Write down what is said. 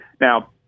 Now